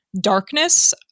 darkness